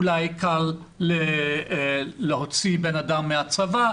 אולי קל להוציא בן אדם מהצבא,